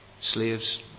Slaves